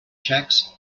checks